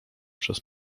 przez